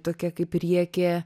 tokia kaip riekė